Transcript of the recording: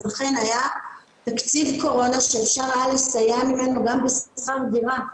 אכן היה תקציב קורונה שאפשר היה לסייע ממנו גם בשכר דירה.